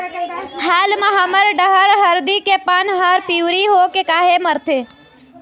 हाल मा हमर डहर हरदी के पान हर पिवरी होके काहे मरथे?